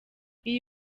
iyi